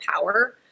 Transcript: power